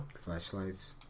Flashlights